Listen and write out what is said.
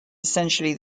essentially